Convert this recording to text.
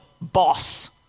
Boss